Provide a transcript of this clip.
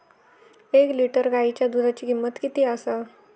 एक लिटर गायीच्या दुधाची किमंत किती आसा?